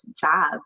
job